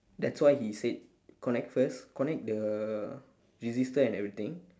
that's why he said connect first connect the resistor and everything